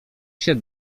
się